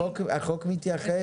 החוק מתייחס.